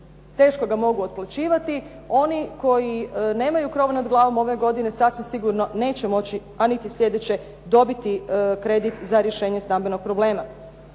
teško ga mogu otplaćivati. Oni koji nemaju krov nad glavom ove godine, sasvim sigurno neće moći, a niti sljedeće dobiti kredit za rješavanje stambenog problema.